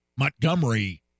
Montgomery